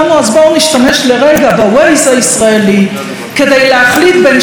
אז בואו נשתמש לרגע ב-Waze הישראלי כדי להחליט בין שני